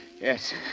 yes